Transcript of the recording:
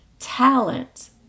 Talent